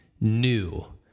new